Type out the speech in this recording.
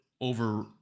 over